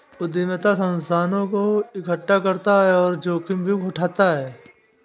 उद्यमिता संसाधनों को एकठ्ठा करता और जोखिम भी उठाता है